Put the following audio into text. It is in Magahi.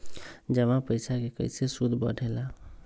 जमा पईसा के कइसे सूद बढे ला?